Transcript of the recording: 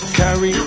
carry